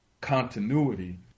continuity